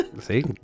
See